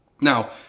Now